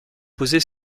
posée